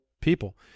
people